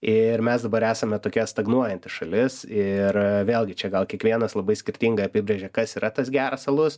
ir mes dabar esame tokia stagnuojanti šalis ir vėlgi čia gal kiekvienas labai skirtingai apibrėžia kas yra tas geras alus